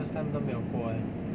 first time 都没有过 eh